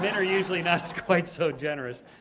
are usually not quite so generous.